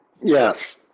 Yes